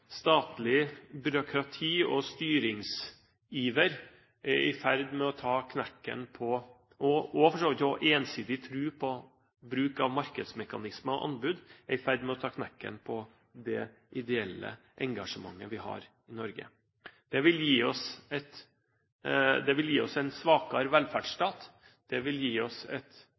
statlig byråkrati og styringsiver – og for så vidt også ensidig tro på bruk av markedsmekanismer og anbud – er i ferd med å ta knekken på det ideelle engasjementet vi har i Norge. Det vil i så fall gi oss en svakere velferdsstat, det vil gi oss et